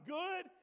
good